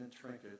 trinket